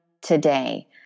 today